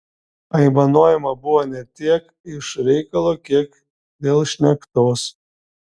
aimanuojama buvo ne tiek iš reikalo kiek dėl šnektos